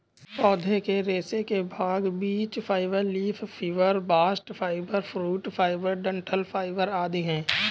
पौधे के रेशे के भाग बीज fibre, leaf fibre, bast fibre, fruit fibre, डंठल फाइबर आदि है